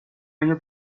año